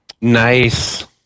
Nice